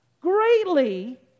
greatly